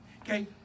Okay